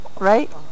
Right